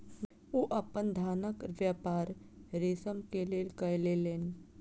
ओ अपन धानक व्यापार रेशम के लेल कय लेलैन